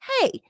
hey